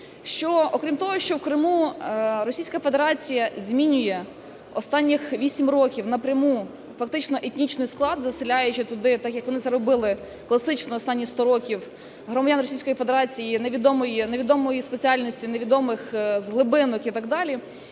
окрім того, що в Криму Російська Федерація змінює останніх вісім років напряму фактично етнічний склад, заселяючи туди, так як вони це робили класично останні 100 років, громадян Російської Федерації невідомої спеціальності, невідомих з глибинок і так далі,